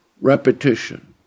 repetition